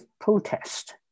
protest